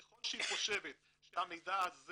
ככל שהיא חושבת שהמידע הזה